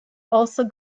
also